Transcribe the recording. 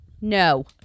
no